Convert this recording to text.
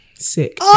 sick